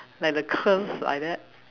like the curve like that